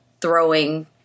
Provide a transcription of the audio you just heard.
throwing